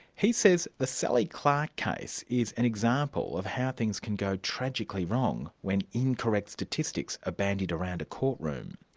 he says the sally clark case is an example of how things can go tragically wrong when incorrect statistics are bandied around a courtroom.